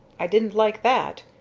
i didn't like that.